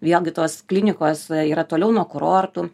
vėlgi tos klinikos yra toliau nuo kurortų